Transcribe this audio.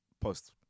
post